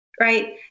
right